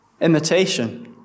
imitation